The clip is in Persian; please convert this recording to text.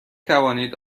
توانید